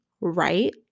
right